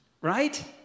Right